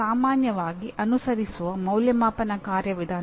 ಶೈಕ್ಷಣಿಕ ತತ್ವಶಾಸ್ತ್ರ ಸ್ವತಃ ಒಂದು ವಿಷಯವಾಗಿದೆ